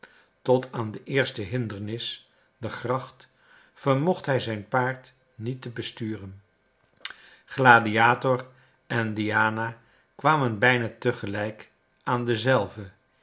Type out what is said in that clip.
tot aan de eerste hindernis de gracht vermocht hij zijn paard niet te besturen gladiator en diana kwamen bijna te gelijk aan dezelve een